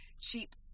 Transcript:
cheap